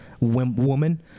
woman